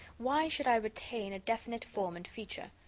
why should i retain a definite form and feature?